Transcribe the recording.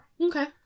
Okay